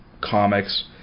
comics